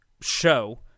show